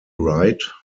right